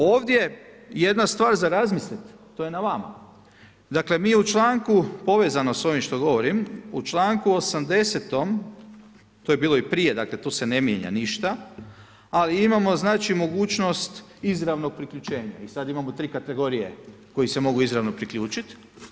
Ovdje je jedna stvar za razmislit, to je na vama, dakle mi u članku povezano s ovim što govorim, u članku 80. to je bilo i prije, tu se ne mijenja ništa, ali imamo mogućnost izravnog priključenja i sada imamo tri kategorije koji se mogu izravno priključit.